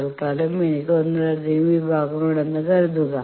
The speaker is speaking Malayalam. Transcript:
തൽകാലം എനിക്ക് ഒന്നിലധികം വിഭാഗങ്ങളുണ്ടെന്ന് കരുതുക